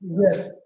yes